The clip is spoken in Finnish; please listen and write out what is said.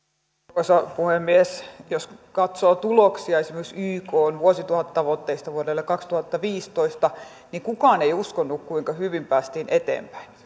arvoisa puhemies jos katsoo tuloksia esimerkiksi ykn vuosituhattavoitteista vuodelle kaksituhattaviisitoista niin kukaan ei uskonut kuinka hyvin päästiin eteenpäin